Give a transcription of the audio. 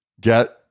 get